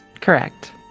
Correct